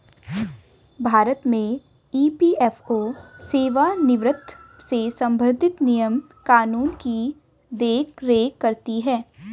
भारत में ई.पी.एफ.ओ सेवानिवृत्त से संबंधित नियम कानून की देख रेख करती हैं